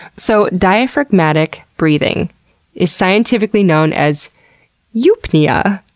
so diaphragmatic breathing is scientifically known as eupnea,